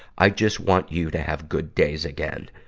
i just want you to have good days again.